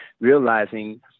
realizing